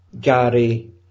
Gary